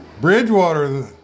Bridgewater